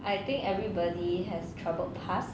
I think everybody has troubled past